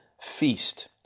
feast